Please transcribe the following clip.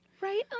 Right